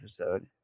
episode